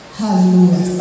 hallelujah